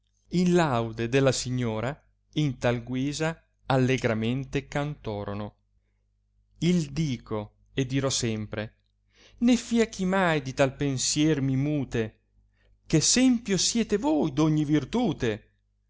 in laude della signora in tal guisa allegramente cantorono i dico e dirò sempre né fia chi mai di tal pensier mi mute ch essempio siete voi d'ogni virtute